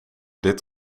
dit